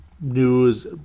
news